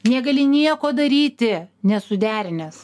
negali nieko daryti nesuderinęs